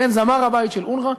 זמר הבית של אונר"א,